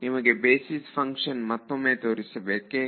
ನಿಮಗೆ basis function ಮತ್ತೊಮ್ಮೆ ತೋರಿಸಬೇಕೆ